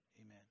Amen